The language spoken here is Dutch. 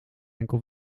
enkel